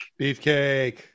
Beefcake